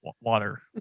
water